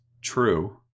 true